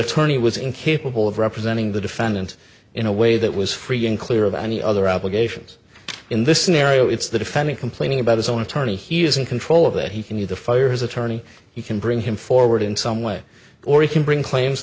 attorney was incapable of representing the defendant in a way that was free and clear of any other obligations in this scenario it's the defendant complaining about his own attorney he is in control of it he can you to fire his attorney you can bring him forward in some way or he can bring claims